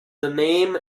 name